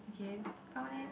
okay found it